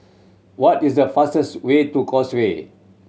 what is the fastest way to Causeway